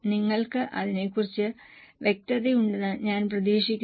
നിങ്ങൾക്ക് അതിനെക്കുറിച്ച് വ്യക്തതയുണ്ടെന്ന് ഞാൻ പ്രതീക്ഷിക്കുന്നു